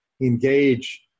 engage